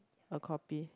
a copy